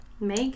make